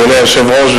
אדוני היושב-ראש,